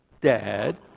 dad